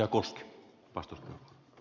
herra puhemies